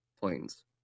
Planes